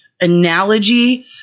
analogy